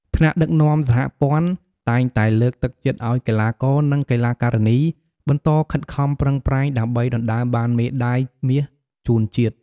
ថ្នាក់ដឹកនាំសហព័ន្ធតែងតែលើកទឹកចិត្តឱ្យកីឡាករ និង កីឡាការិនីបន្តខិតខំប្រឹងប្រែងដើម្បីដណ្តើមបានមេដាយមាសជូនជាតិ។